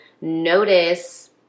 notice